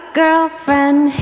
girlfriend